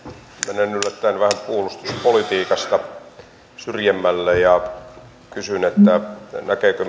menen yllättäen vähän puolustuspolitiikasta syrjemmälle ja kysyn näkeekö